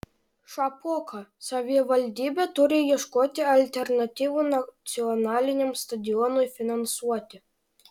šapoka savivaldybė turi ieškoti alternatyvų nacionaliniam stadionui finansuoti